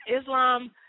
Islam